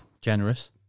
Generous